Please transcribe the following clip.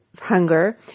hunger